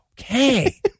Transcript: Okay